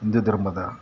ಹಿಂದೂ ಧರ್ಮದ